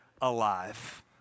alive